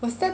was that